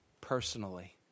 personally